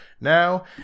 now